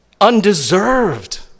undeserved